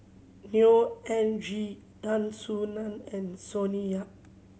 Neo Anngee Tan Soo Nan and Sonny Yap